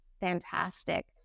fantastic